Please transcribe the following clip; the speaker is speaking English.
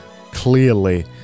clearly